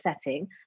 setting